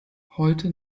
heute